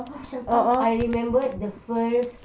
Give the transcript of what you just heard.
terus macam kau I remembered the first